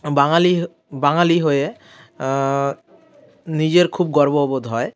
বাঙালি হ বাঙালি হয়ে নিজের খুব গর্ববোধ হয়